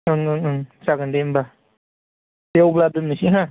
ओं ओं ओं जागोन दे होमब्ला दे अब्ला दोननोसै हो